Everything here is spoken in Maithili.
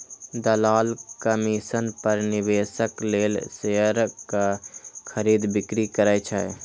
दलाल कमीशन पर निवेशक लेल शेयरक खरीद, बिक्री करै छै